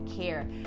care